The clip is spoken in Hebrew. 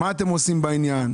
מה אתם עושים בעניין?